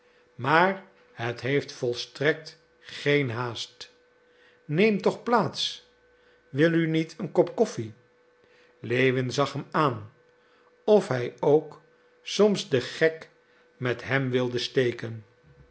maar het heeft volstrekt geen haast neem toch plaats wil u niet een kop koffie lewin zag hem aan of hij ook soms den gek met hem wilde steken